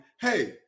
hey